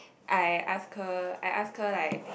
I ask her I ask her like